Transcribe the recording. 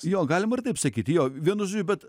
jo galima ir taip sakyti jo vienu žodžiu bet